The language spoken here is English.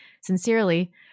Sincerely